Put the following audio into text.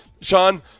Sean